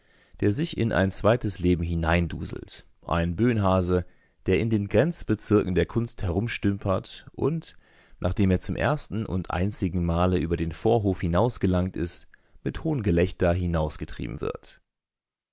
der sich in ein zweites leben hineinduselt ein bönhase der in den grenzbezirken der kunst herumstümpert und nachdem er zum ersten und einzigen male über den vorhof hinausgelangt ist mit hohngelächter hinausgetrieben wird